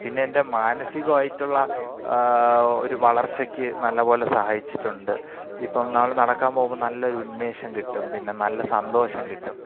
പിന്നെ എൻ്റെ മനസികമായിട്ടുള്ള ഒരു വളർച്ചയ്ക്കു നല്ല പോലെ സഹായിച്ചിട്ടുണ്ട് ഇപ്പോള് നാളെ നടക്കാൻ പോവുമ്പോള് നല്ലൊരു ഉന്മേഷം കിട്ടും പിന്നെ നല്ല സന്തോഷം കിട്ടും